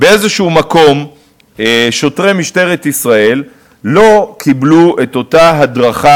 באיזשהו מקום שוטרי משטרת ישראל לא קיבלו את אותה הדרכה